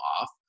off